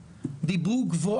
טוב גלעד יאללה, דבר לעניין,